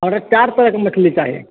हमरा चारि तरहके मछली चाही